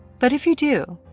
but if you do,